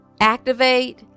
activate